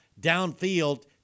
downfield